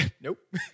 Nope